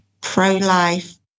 pro-life